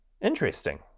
interesting